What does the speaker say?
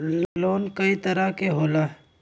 Loan कय तरह के होला?